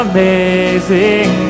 Amazing